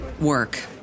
Work